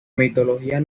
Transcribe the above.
mitología